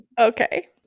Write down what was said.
okay